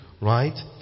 right